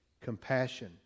compassion